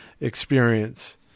experience